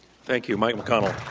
thank you, mike mcconnell.